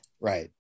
Right